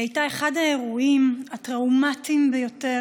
היא הייתה אחד האירועים הטראומטיים ביותר